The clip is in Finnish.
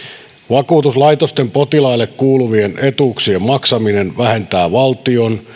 vakuutuslaitosten potilaille kuuluvien etuuksien maksaminen vähentää valtion